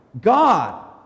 God